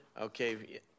Okay